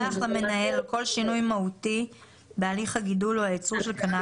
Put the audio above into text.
למנהל על כל שינוי מהותי בהליך הגידול או הייצור של הקנאביס.